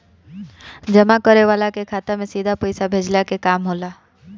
जमा करे वाला के खाता में सीधा पईसा भेजला के काम होला